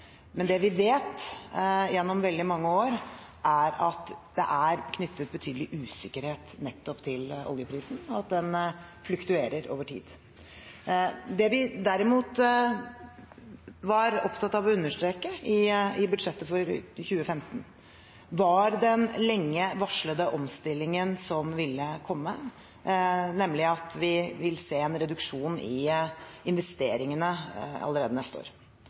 Men det vi vet, gjennom veldig mange år, er at det er knyttet betydelig usikkerhet til oljeprisen, og at den fluktuerer over tid. Det vi derimot var opptatt av å understreke i budsjettet for 2015, var den lenge varslede omstillingen som ville komme, nemlig at vi vil se en reduksjon i investeringene allerede til neste år.